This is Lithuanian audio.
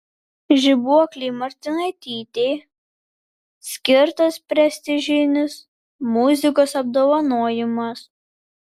žibuoklei martinaitytei skirtas prestižinis muzikos apdovanojimas